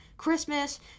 Christmas